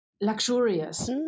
luxurious